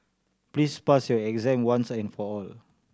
please pass your exam once and for all